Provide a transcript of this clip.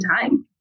time